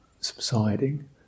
subsiding